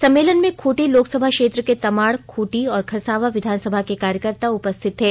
सम्मेलन में खूंटी लोकसभा क्षेत्र के तमाड़ खूंटी और खरसांवा विधानसभा के कार्यकर्ता उपस्थित थे